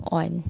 on